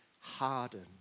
hardened